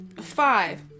five